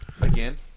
Again